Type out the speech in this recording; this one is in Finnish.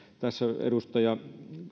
tässä edustaja